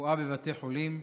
רפואה בבתי חולים,